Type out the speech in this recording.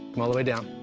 come all the way down.